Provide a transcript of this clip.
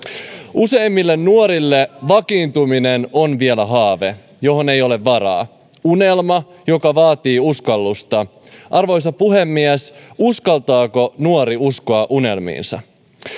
useimmille nuorille vakiintuminen on vielä haave johon ei ole varaa unelma joka vaatii uskallusta arvoisa puhemies uskaltaako nuori uskoa unelmiinsa